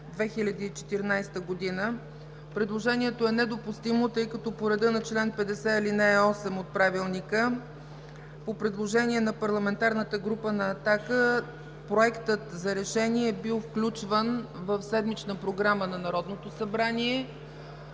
2014 г. Предложението е недопустимо, тъй като по реда на чл. 50, ал. 8 от Правилника по предложение на Парламентарната група на „Атака” Проектът за решение е бил включван в седмична програма на Народното събрание